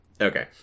Okay